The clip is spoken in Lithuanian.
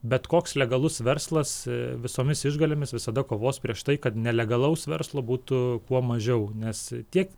bet koks legalus verslas visomis išgalėmis visada kovos prieš tai kad nelegalaus verslo būtų kuo mažiau nes tiek